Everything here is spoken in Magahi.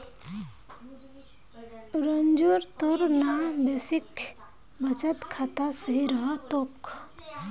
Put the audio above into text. रंजूर तोर ना बेसिक बचत खाता सही रह तोक